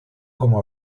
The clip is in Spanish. como